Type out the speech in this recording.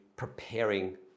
Preparing